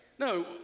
No